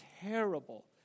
terrible